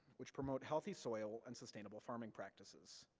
which promote healthy soil, and sustainable farming practices.